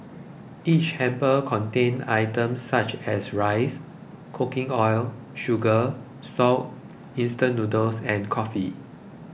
each hamper contained items such as rice cooking oil sugar salt instant noodles and coffee